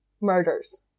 murders